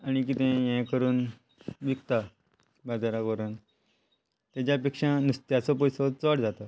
आनी कितेंय हे करून विकता बाजाराक व्हरून ताज्या पेक्षा नुस्त्याचो पयसो चड जाता